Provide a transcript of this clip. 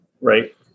right